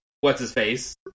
what's-his-face